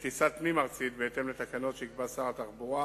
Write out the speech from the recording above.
בטיסה פנים-ארצית, בהתאם לתקנות שיקבע שר התחבורה